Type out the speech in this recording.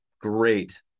great